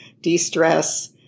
de-stress